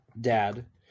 dad